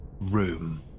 room